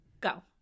go